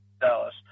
Dallas